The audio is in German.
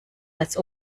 als